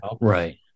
Right